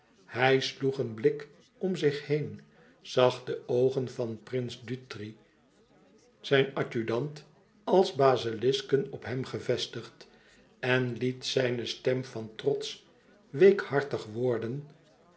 hij sloeg een blik om zich heen zag de oogen van prins dutri zijn adjudant als bezilisken op hem gevestigd en liet zijne stem van trotsch weekhartig worden